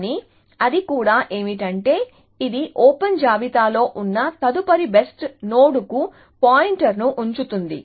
కానీ అది కూడా ఏమిటంటే ఇది ఓపెన్ జాబితాలో ఉన్న తదుపరి బెస్ట్ నోడ్ కు పాయింటర్ను ఉంచుతుంది